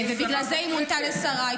בגלל זה היא מונתה לשרה.